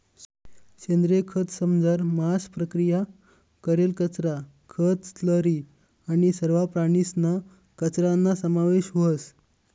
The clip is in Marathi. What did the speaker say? सेंद्रिय खतंसमझार मांस प्रक्रिया करेल कचरा, खतं, स्लरी आणि सरवा प्राणीसना कचराना समावेश व्हस